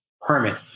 permit